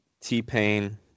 T-Pain